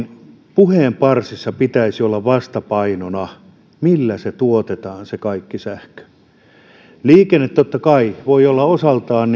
puheenparsissa pitäisi olla vastapainona se millä se kaikki sähkö tuotetaan liikenteen totta kai ei tarvitse olla osaltaan